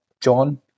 John